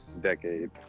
decade